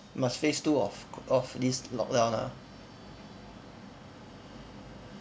must phase two of of this lockdown ah